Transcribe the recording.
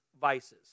vices